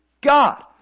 God